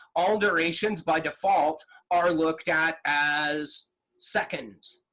all durations by default are looked at as seconds.